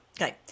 Okay